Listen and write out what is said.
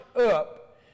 up